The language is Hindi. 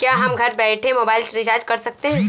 क्या हम घर बैठे मोबाइल रिचार्ज कर सकते हैं?